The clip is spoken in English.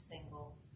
single